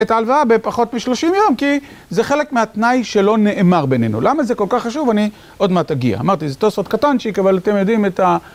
את ההלוואה בפחות משלושים יום, כי זה חלק מהתנאי שלא נאמר בינינו. למה זה כל כך חשוב? אני עוד מעט אגיע. אמרתי, זו אותו סוד קטנצ'יק, אבל אתם יודעים את ה...